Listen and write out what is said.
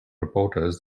reporters